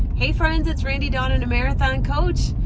hey friends, it's randy, dawn and a marathon coach.